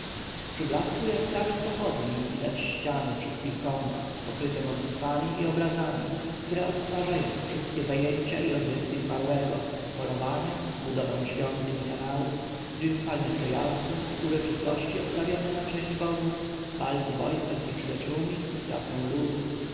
przy blasku jaskrawych pochodni widać ściany wszystkich komnat pokryte modlitwami i obrazami które odtwarzają wszystkie zajęcia i rozrywki zmarłego polowania budowę świątyń i kanałów triumfalne przejazdy uroczystości odprawiane na cześć bogów walki wojsk z nieprzyjaciółmi pracę ludu